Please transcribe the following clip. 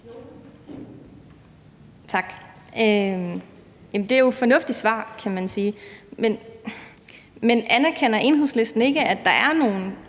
Jamen det er jo et fornuftigt svar, kan man sige, men anerkender Enhedslisten ikke, at der er nogle